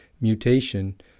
mutation